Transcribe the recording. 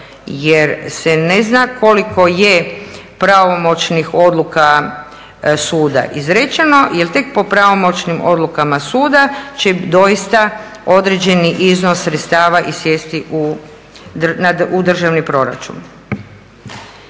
jer se ne zna koliko je pravomoćnih odluka suda izrečeno jel tek po pravomoćnim odlukama suda će doista određeni iznos sredstava i sjesti u državni proračun.